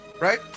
Right